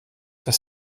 das